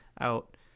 out